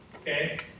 Okay